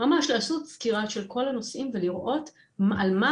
ממש לעשות סקירה של כל הנושאים ולראות על מה